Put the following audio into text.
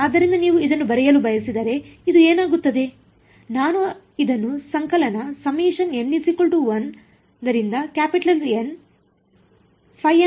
ಆದ್ದರಿಂದ ನೀವು ಇದನ್ನು ಬರೆಯಲು ಬಯಸಿದರೆ ಇದು ಆಗುತ್ತದೆನಾನು ಇದನ್ನು ಸಂಕಲನ ಎಂದು ಬರೆಯಬಹುದು